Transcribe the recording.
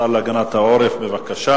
השר להגנת העורף, בבקשה.